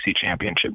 championship